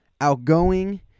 outgoing